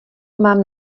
mám